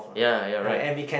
ya you're right